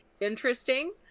interesting